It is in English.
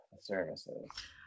services